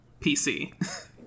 PC